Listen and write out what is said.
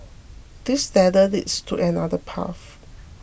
this ladder leads to another path